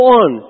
on